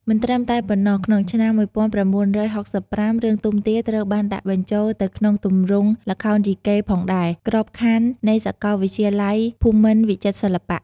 មិនត្រឹមតែប៉ុណ្ណោះ ក្នុងឆ្នាំ ១៩៦៥ រឿងទុំទាវ ត្រូវបានដាក់បញ្ចូលទៅក្នុងទម្រង់ល្ខោនយីកេផងដែរ ក្របខណ្ឌនៃសកលវិទ្យាល័យភូមិន្ទវិចិត្រសិល្បៈ។